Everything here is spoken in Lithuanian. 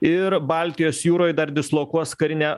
ir baltijos jūroj dar dislokuos karinę